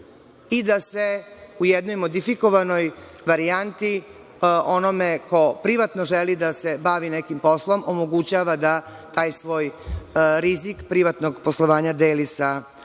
i da se u jednoj modifikovanoj varijanti, onome ko privatno želi da se bavi nekim poslom, omogućava da taj svoj rizik privatnog poslovanja deli sa javno